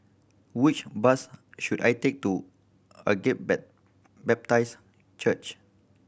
which bus should I take to Agape Bap Baptist Church